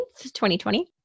2020